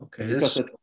Okay